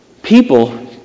People